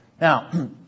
Now